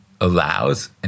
allows